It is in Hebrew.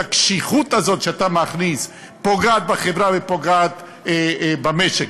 והקשיחות הזאת שאתה מכניס פוגעת בחברה ופוגעת במשק,